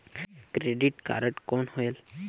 Credit card कौन होएल?